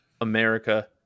America